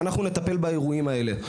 ואנחנו נטפל באירועים האלה.